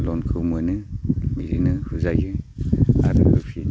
ल'नखौ मोनो बिदिनो होजायो आरो होफिनो